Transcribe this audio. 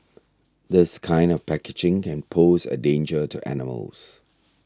this kind of packaging can pose a danger to animals